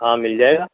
ہاں مل جائے گا